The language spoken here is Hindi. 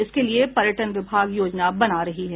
इसके लिये पर्यटन विभाग योजना बना रही है